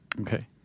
Okay